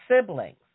siblings